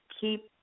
keep